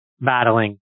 battling